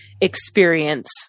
experience